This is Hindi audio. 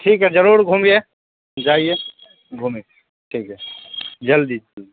ठीक है ज़रूर घूमिए जाइए घूमिए ठीक है जल्दी जल्दी